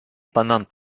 pendant